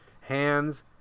hands